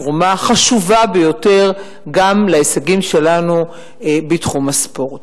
תרומה חשובה ביותר גם להישגים שלנו בתחום הספורט.